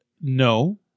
no